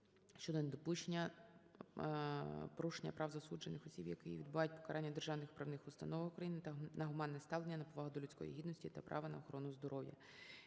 щодо недопущення порушення прав засуджених осіб, які відбувають покарання в державних виправних установах України на гуманне ставлення, на повагу до людської гідності та права на охорону здоров'я.